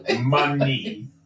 Money